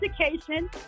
education